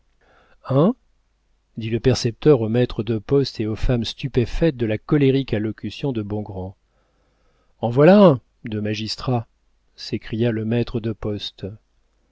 dit le percepteur au maître de poste et aux femmes stupéfaites de la colérique allocution de bongrand en voilà un de magistrat s'écria le maître de poste